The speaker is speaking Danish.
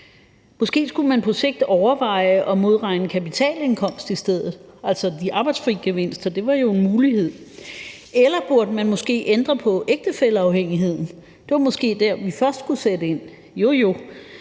Måske skulle man på sigt overveje at modregne kapitalindkomst i stedet, altså de arbejdsfri gevinster, for det var jo en mulighed. Eller burde man måske ændre på ægtefælleafhængigheden? Det var måske der, vi først skulle sætte ind. Jo, jo,